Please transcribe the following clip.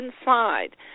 inside